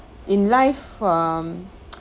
in life um